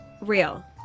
Real